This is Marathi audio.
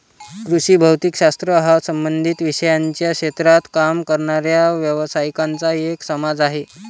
कृषी भौतिक शास्त्र हा संबंधित विषयांच्या क्षेत्रात काम करणाऱ्या व्यावसायिकांचा एक समाज आहे